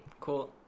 Cool